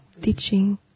teaching